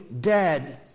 dead